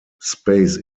space